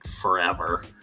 forever